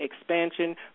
expansion